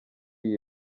iyi